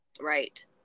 Right